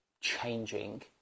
changing